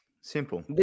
Simple